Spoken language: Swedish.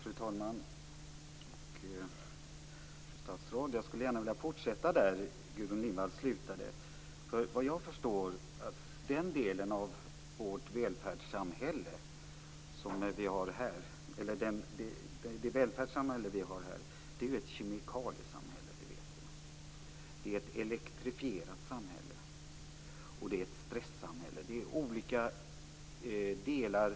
Fru talman! Fru statsråd! Jag skulle vilja fortsätta där Gudrun Lindvall slutade. Såvitt jag förstår är det välfärdssamhälle som vi har här ett kemikaliesamhälle. Det vet vi. Det är ett elektrifierat samhälle. Det är ett stressamhälle.